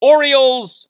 Orioles